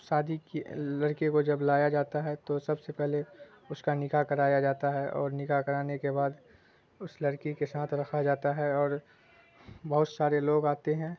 شادی کی لڑکے کو جب لایا جاتا ہے تو سب سے پہلے اس کا نکا کرایا جاتا ہے اور نکا کرانے کے بعد اس لڑکی کے ساتھ رکھا جاتا ہے اور بہت سارے لوگ آتے ہیں